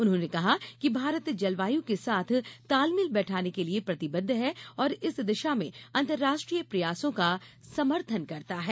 उन्होंने कहा कि भारत जलवायु के साथ तालमेल बैठाने के लिए प्रतिबद्ध है और इस दिशा में अंतर्राष्ट्री य प्रयासों का समर्थन करता है